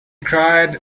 cried